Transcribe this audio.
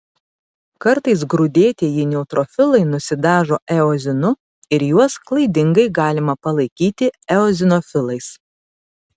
kartais grūdėtieji neutrofilai nusidažo eozinu ir juos klaidingai galima palaikyti eozinofilais